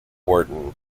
wharton